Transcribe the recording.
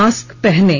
mask पहनें